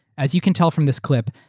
as you can tell from this clip,